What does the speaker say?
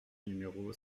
numéro